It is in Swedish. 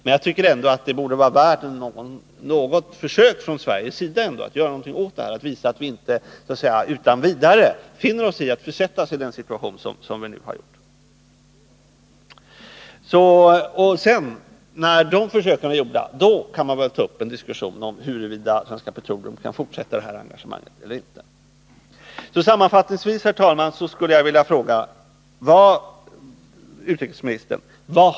Men jag tycker ändå att det borde värt ett försök från svensk sida att göra någonting åt det rådande förhållandet för att visa att vi inte utan vidare finner oss i att bli försatta i den situation som nu har uppstått. När de försöken är gjorda kan man ta upp en diskussion om huruvida Svenska Petroleum kan fortsätta engagemanget eller inte. Sammanfattningsvis, herr talman, skulle jag vilja fråga utrikesministern: 1.